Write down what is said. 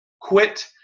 Quit